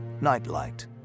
Nightlight